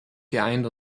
geeint